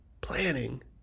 planning